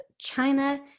china